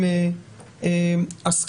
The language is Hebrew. גם לנאשמים ולמייצגים אותם וגם לבתי המשפט.